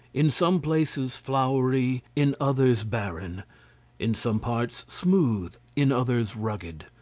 in some places flowery, in others barren in some parts smooth, in others rugged.